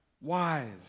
wise